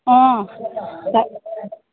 অ'